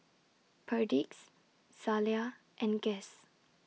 Perdix Zalia and Guess